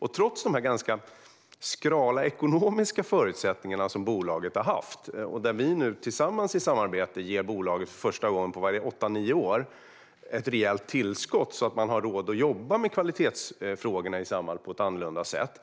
Bolaget har haft ganska skrala ekonomiska förutsättningar, och vi har nu i samarbete - för första gången på kanske åtta eller nio år - gett bolaget ett rejält tillskott så att man har råd att jobba med kvalitetsfrågorna i Samhall på ett annat sätt.